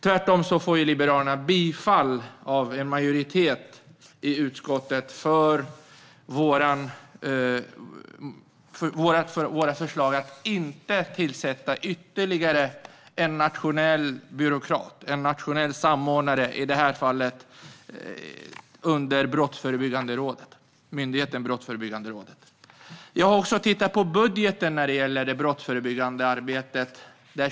Liberalerna får tvärtom bifall av en majoritet i utskottet för sina förslag att inte tillsätta ytterligare en nationell byråkrat, i det här fallet en nationell samordnare under myndigheten Brottsförebyggande rådet. Jag har tittat på budgeten för det brottsförebyggande arbetet.